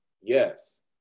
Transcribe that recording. Yes